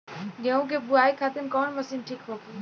गेहूँ के बुआई खातिन कवन मशीन ठीक होखि?